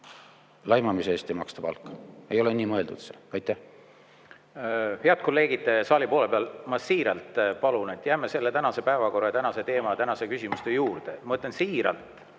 Laimamise eest ei maksta palka. See ei ole nii mõeldud. Head kolleegid saali poole peal, ma siiralt palun, jääme selle tänase päevakorra ja tänase teema küsimuste juurde. Ma ütlen siiralt,